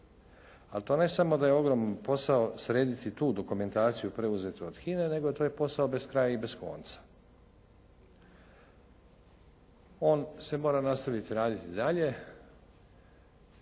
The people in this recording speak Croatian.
Ali to ne samo da je ogroman posao srediti tu dokumentaciju preuzetu od HINA-e nego to je posao bez kraja i bez konca. On se mora nastaviti raditi dalje